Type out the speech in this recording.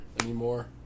anymore